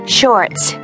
Shorts